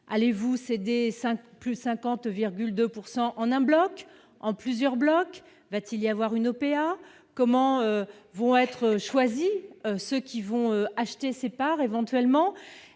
Allez-vous céder plus de 50,2 % en un bloc, en plusieurs blocs ? Va-t-il y avoir une OPA ? Comment seront choisis ceux qui vont éventuellement